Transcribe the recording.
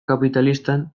kapitalistan